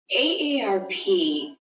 AARP